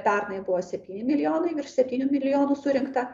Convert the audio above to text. pernai buvo septyni milijonai virš septynių milijonų surinkta